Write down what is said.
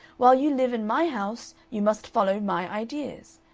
while you live in my house you must follow my ideas.